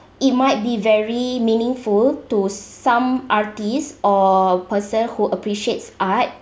it might be very meaningful to some artist or person who appreciates art